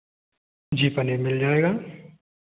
जी पनीर मिल जाएगा